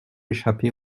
échappé